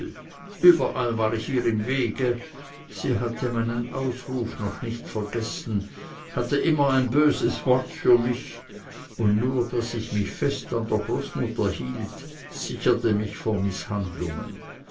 überall war ich ihr im wege sie hatte meinen ausruf noch nicht vergessen hatte immer ein böses wort für mich und nur daß ich mich fest an der großmutter hielt sicherte mich vor mißhandlungen